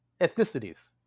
ethnicities